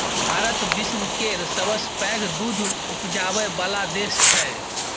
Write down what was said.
भारत विश्व केर सबसँ पैघ दुध उपजाबै बला देश छै